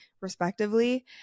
respectively